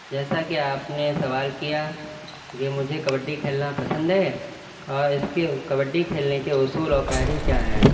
جیسا کہ آپ نے سوال کیا کہ مجھے کبڈی کھیلنا پسند ہے اور اس کے کبڈی کھیلنے کے اصول اور قاعدے کیا ہیں